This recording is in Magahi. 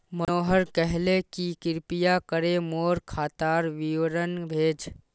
मनोहर कहले कि कृपया करे मोर खातार विवरण भेज